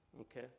okay